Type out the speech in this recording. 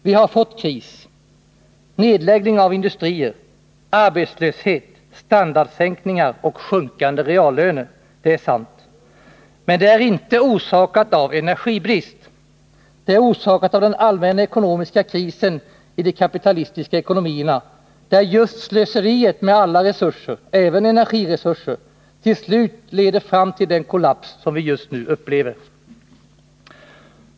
Vi har fått kris, nedläggning av industrier, arbetslöshet, standardsänkningar och sjunkande reallöner — det är sant. Men det är inte orsakat av energibrist! Det är orsakat av den allmänna ekonomiska krisen i de kapitalistiska ekonomierna, där just slöseriet med alla resurser, även energiresurser, till slut leder fram till den kollaps som vi just nu upplever.